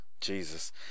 Jesus